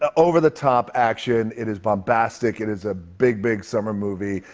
ah over-the-top action. it is bombastic. it is a big, big summer movie.